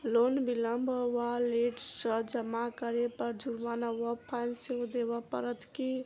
Loan विलंब वा late सँ जमा करै पर जुर्माना वा फाइन सेहो देबै पड़त की?